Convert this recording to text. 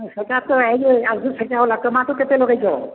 ସେଇଟା ତ ଆଣିଲେ ଟମାଟୋ କେତେ ଲଗେଇଛ